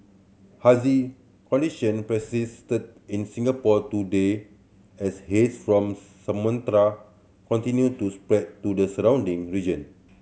hazy condition persisted in Singapore today as haze from Sumatra continued to spread to the surrounding region